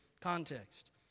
context